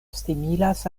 similas